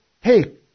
hey